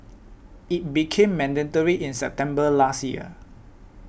it became mandatory in September last year